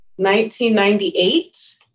1998